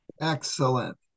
Excellent